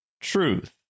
truth